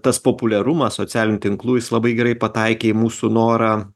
tas populiarumas socialinių tinklų jis labai gerai pataikė į mūsų norą